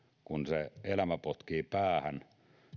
kun se elämä potkii päähän